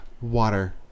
water